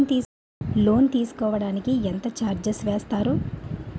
Loan తీసుకోడానికి ఎంత charges వేస్తారు?